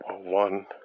One